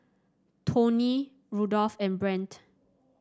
Toney Rudolph and Brant